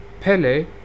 Pele